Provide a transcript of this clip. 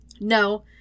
No